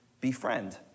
befriend